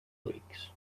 weeks